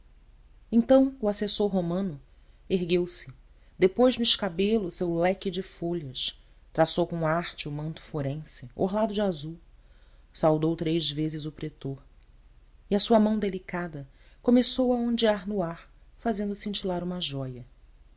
então o assessor romano ergueu-se depôs no escabelo o seu leque de folhas traçou com arte o manto forense orlado de azul saudou três vezes o pretor e a sua mão delicada começou a ondear no ar fazendo cintilar uma jóia